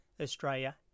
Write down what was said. Australia